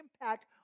impact